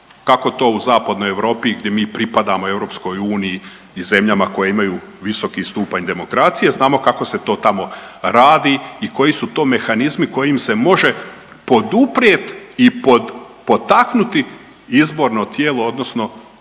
kako to u zapadnoj Europi gdje mi pripadamo EU i zemljama koje imaju visoki stupanj demokracije znamo kako se to tamo radi i koji su to mehanizmi kojim se može poduprijeti i potaknuti izborno tijelo odnosno